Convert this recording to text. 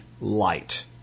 light